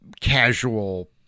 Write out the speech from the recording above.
casual